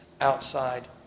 outside